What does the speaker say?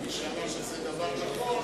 כמי שאמר שזה דבר נכון,